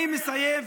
אני מסיים,